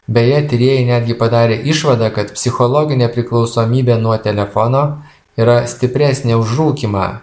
beje tyrėjai netgi padarė išvadą kad psichologinė priklausomybė nuo telefono yra stipresnė už rūkymą